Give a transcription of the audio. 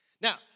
now